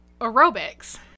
aerobics